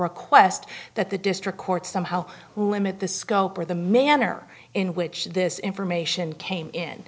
request that the district court somehow limit the scope or the manner in which this information came in